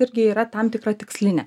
irgi yra tam tikra tikslinė